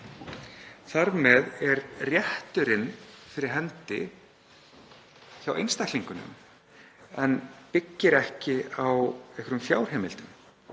Þar með er rétturinn fyrir hendi hjá einstaklingunum en byggir ekki á einhverjum fjárheimildum.